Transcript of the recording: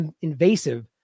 invasive